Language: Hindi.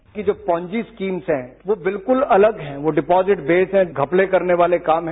इनकी जो पोन्जी स्कीम्स हैं वो बिल्कुल अलग हैं वो डिपोजिट वेस्ड हैं घपले करने वाले काम हैं